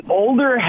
older